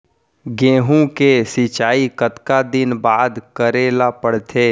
गेहूँ के सिंचाई कतका दिन बाद करे ला पड़थे?